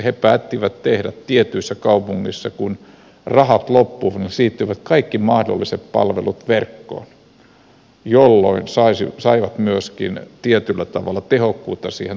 he päättivät siirtää tietyissä kaupungeissa kun rahat loppuivat kaikki mahdolliset palvelut verkkoon jolloin he saivat myöskin tietyllä tavalla tehokkuutta siihen toimintaan